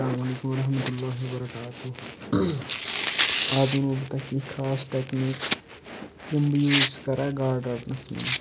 اسلامُ علیکُم ورحمتہ اللہِ وَبرکاتہ آز وَنو بہٕ تۄہہِ کینٛہہ خاص ٹیٚکنیٖک یِم بہٕ یوٗز چھُس کران گاڈٕ رَٹنس منٛز